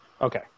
okay